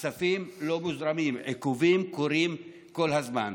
הכספים לא מוזרמים, עיכובים קורים כל הזמן.